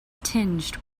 tinged